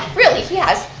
really, he has,